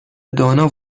دانا